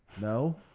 No